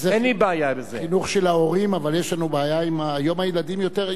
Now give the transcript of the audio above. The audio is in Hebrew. אבל היום הילדים מבינים יותר מההורים בנושאים האלה.